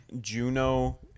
Juno